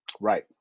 Right